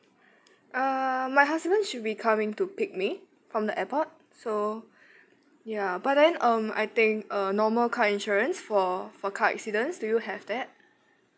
uh my husband should be coming to pick me from the airport so ya but then um I think a normal car insurance for for car accidents do you have that